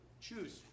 choose